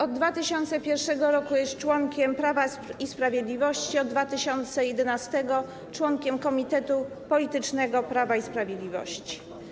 Od 2001 r. jest członkiem Prawa i Sprawiedliwości, od 2011 r. - członkiem komitetu politycznego Prawa i Sprawiedliwości.